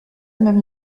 même